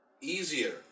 easier